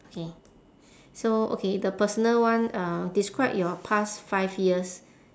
okay so okay the personal one uh describe your past five years